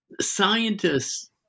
Scientists